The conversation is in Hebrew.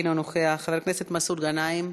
אינו נוכח, חבר הכנסת מסעוד גנאים,